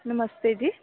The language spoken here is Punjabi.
ਨਮਸਤੇ ਜੀ